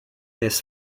des